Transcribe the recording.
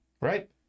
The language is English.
Right